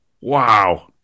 Wow